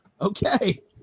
okay